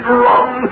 wrong